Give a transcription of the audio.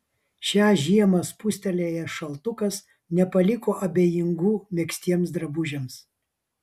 šią žiemą spustelėjęs šaltukas nepaliko abejingų megztiems drabužiams